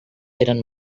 feren